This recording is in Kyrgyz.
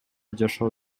жашоо